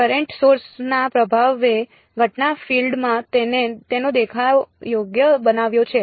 current source ના પ્રભાવે ઘટના ફીલ્ડ માં તેનો દેખાવ યોગ્ય બનાવ્યો છે